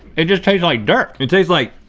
it just tastes like dirt. it tastes like,